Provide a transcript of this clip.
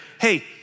hey